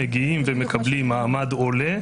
מגיעים ומקבלים מעמד עולה,